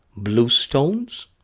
Bluestones